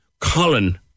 Colin